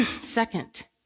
Second